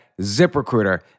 ZipRecruiter